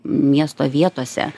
miesto vietose